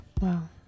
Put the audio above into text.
Wow